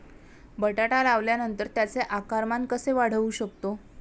बटाटा लावल्यानंतर त्याचे आकारमान कसे वाढवू शकतो?